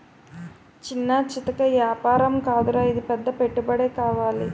చిన్నా చితకా ఏపారం కాదురా ఇది పెద్ద పెట్టుబడే కావాలి